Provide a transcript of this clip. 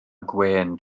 gwên